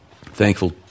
Thankful